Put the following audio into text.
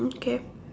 okay